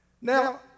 Now